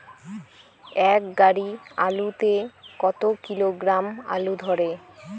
এক গাড়ি আলু তে কত কিলোগ্রাম আলু ধরে?